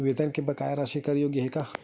वेतन के बकाया कर राशि कर योग्य हे का?